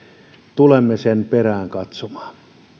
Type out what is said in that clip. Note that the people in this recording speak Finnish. tulemme sen perään katsomaan